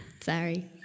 Sorry